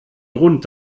grund